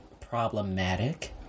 problematic